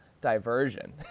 diversion